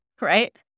right